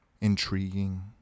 intriguing